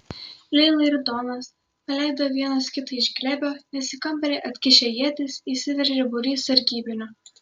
leila ir donas paleido vienas kitą iš glėbio nes į kambarį atkišę ietis įsiveržė būrys sargybinių